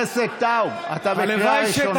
חבר הכנסת טייב, אתה בקריאה ראשונה.